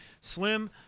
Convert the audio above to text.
Slim